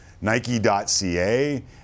Nike.ca